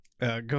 Go